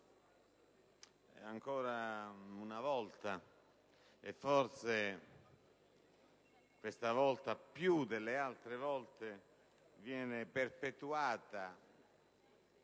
ancora una volta (forse questa volta più delle altre) viene perpetuata